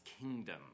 kingdom